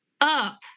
up